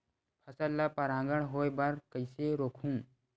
फसल ल परागण होय बर कइसे रोकहु?